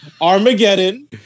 Armageddon